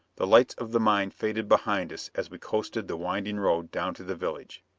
the lights of the mine faded behind us as we coasted the winding road down to the village.